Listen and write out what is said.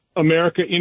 America